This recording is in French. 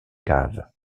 caves